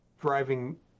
driving